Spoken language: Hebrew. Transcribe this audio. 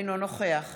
אינו נוכח